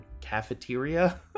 cafeteria